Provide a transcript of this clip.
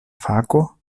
fako